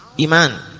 Iman